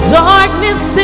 darkness